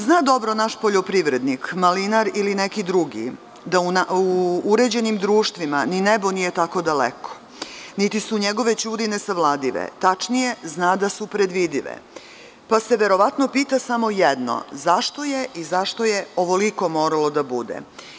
Zna dobro naš poljoprivrednik, malinar ili neki drugi, da u uređenim društvima ni nebo nije tako daleko, niti su njegove ćudi nesavladive, a tačnije zna da su predvidive, pa se verovatno pita samo jedno – zašto je ovoliko moralo da bude?